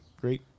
Great